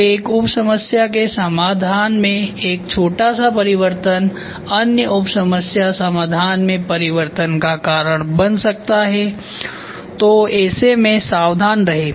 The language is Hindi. जब एक उप समस्या के समाधान में एक छोटा सा परिवर्तन अन्य उप समस्या समाधान में परिवर्तन का कारण बन सकता है तो ऐसे में सावधान रहें